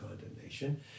condemnation